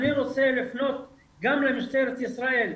אני רוצה לפנות גם למשטרת ישראל,